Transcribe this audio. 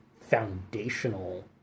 foundational